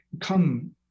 come